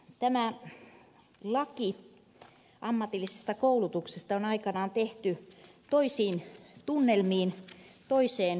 tämä laki ammatillisesta koulutuksesta on aikanaan tehty toisiin tunnelmiin toiseen yhteiskuntaan